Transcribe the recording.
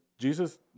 Jesus